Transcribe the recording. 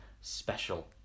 special